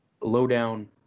low-down